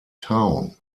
town